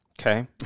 Okay